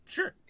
Sure